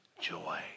joy